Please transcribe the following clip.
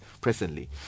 presently